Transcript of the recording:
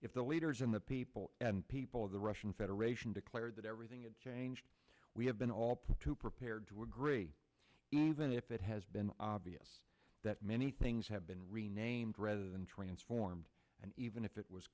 if the leaders and the people and people of the russian federation declared that everything is changed we have been all too prepared to agree even if it has been obvious that many things have been renamed rather than transformed and even if it was